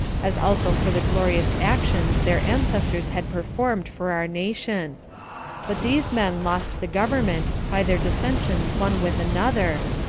as also for the glorious actions their ancestors had performed for our nation but these men lost the government by their dissensions one with another,